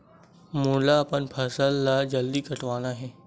मोला अपन फसल ला जल्दी कटवाना हे?